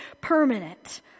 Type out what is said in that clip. permanent